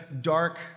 dark